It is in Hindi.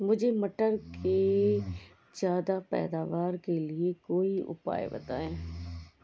मुझे मटर के ज्यादा पैदावार के लिए कोई उपाय बताए?